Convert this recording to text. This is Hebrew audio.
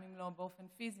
גם אם לא באופן פיזי,